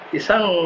isang